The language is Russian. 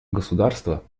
государства